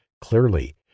Clearly